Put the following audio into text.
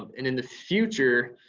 um and in the future,